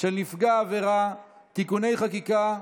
של נפגע עבירה (תיקוני חקיקה),